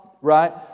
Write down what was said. right